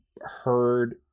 heard